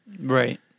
Right